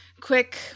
quick